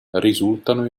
risultano